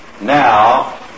Now